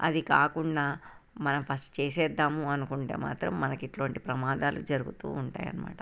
అది కాకుండా మనం ఫస్ట్ చేసేద్దాము అనుకుంటే మాత్రం మనకి ఇటువంటి ప్రమాదాలు జరుగుతూ ఉంటాయన్నమాట